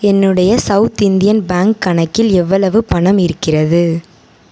என்னுடைய South Indian Bank கணக்கில் எவ்வளவு பணம் இருக்கிறது